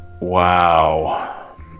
Wow